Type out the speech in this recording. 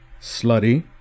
slutty